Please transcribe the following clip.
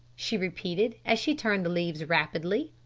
she repeated, as she turned the leaves rapidly.